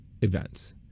events